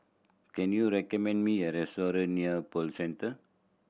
can you recommend me a restaurant near Pearl Centre